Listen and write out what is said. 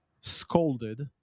scolded